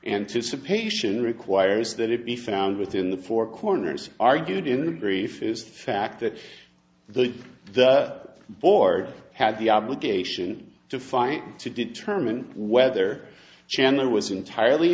anticipation requires that it be found within the four corners argued in the brief is the fact that the the board had the obligation to fight to determine whether chandler was entirely